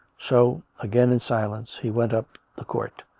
so, again in silence, he went up the court,